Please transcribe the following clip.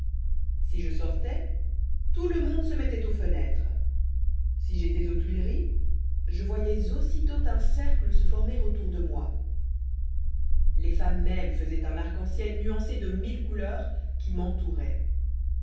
si je sortois tout le monde se mettoit aux fenêtres si j'étois aux tuileries je voyois aussitôt un cercle se former autour de moi les femmes mêmes faisoient un arc-en-ciel nuancé de mille couleurs qui